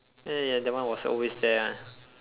ya ya ya that one was always there one